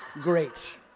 Great